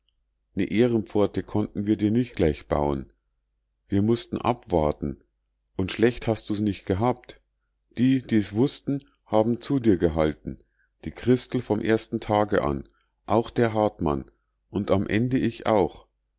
ne ehrenpforte konnten wir dir nich gleich bauen wir mußten abwarten und schlecht hast du's nich gehabt die die's wußten haben zu dir gehalten die christel vom ersten tage an auch der hartmann und am ende ich auch